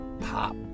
pop